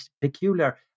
peculiar